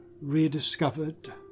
rediscovered